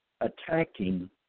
attacking